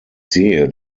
sehe